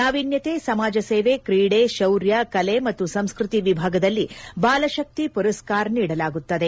ನಾವೀನ್ಯತೆ ಸಮಾಜ ಸೇವೆ ಕ್ರೀಡೆ ಶೌರ್ಯ ಕಲೆ ಮತ್ತು ಸಂಸ್ಟತಿ ವಿಭಾಗದಲ್ಲಿ ಬಾಲ ಶಕ್ತಿ ಪುರಸ್ಕಾರ ನೀಡಲಾಗುತ್ತದೆ